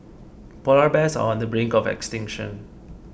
Polar Bears are on the brink of extinction